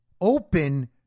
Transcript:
open